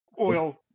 oil